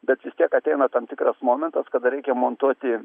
bet vis tiek ateina tam tikras momentas kada reikia montuoti